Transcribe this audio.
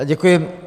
Děkuji.